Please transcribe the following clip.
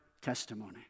testimony